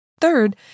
Third